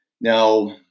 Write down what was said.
Now